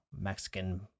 Mexican